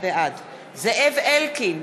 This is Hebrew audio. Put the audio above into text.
בעד זאב אלקין,